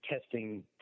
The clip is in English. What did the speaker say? testing